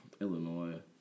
Illinois